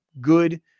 good